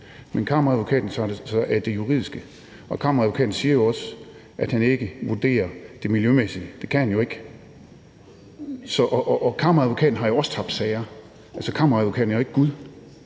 Men Kammeradvokaten tager sig af det juridiske, og Kammeradvokaten siger jo også, at man ikke vurderer det miljømæssige – det kan man jo ikke. Og Kammeradvokaten har jo også tabt sager – altså, Kammeradvokaten er jo ikke Gud.